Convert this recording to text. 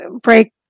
break